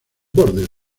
bordes